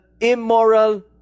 immoral